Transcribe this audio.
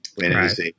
Right